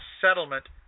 settlement